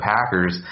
Packers